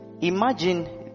imagine